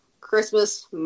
Christmas